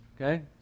Okay